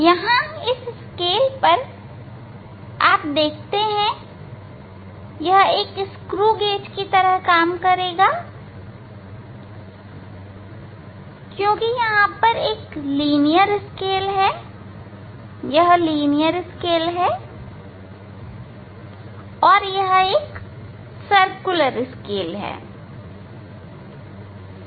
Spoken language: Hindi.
यहां इस स्केल पर आप देखते हैं कि यह एक स्क्रूगेज की तरह काम करेगा क्योंकि यहां यह लीनियर स्केल है और यह सर्कुलर स्केल है